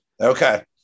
Okay